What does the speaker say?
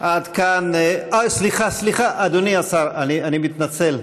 עד כאן, סליחה, סליחה, אדוני השר, אני מתנצל.